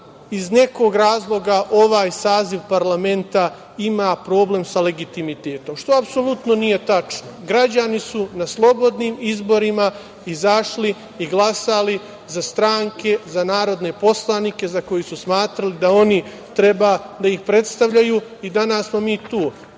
iz nekog razloga ovaj saziv parlamenta ima problem sa legitimitetom, što apsolutno nije tačno. Građani su na slobodnim izborima izašli i glasali za stranke, za narodne poslanike za koje su smatrali da oni treba da ih predstavljaju i danas smo mi tu.